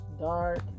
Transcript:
dark